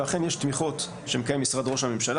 ואכן יש תמיכות שמקיים משרד ראש הממשלה